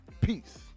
Peace